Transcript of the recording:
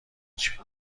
چای